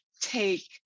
take